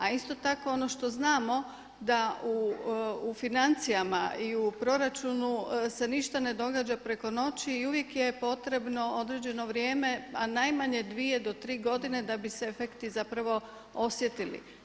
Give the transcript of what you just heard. A isto tako ono što znamo da u financijama i u proračunu se ništa ne događa preko noći i uvijek je potrebno određeno vrijeme a najmanje dvije do tri godine da bi se efekti zapravo osjetili.